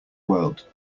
world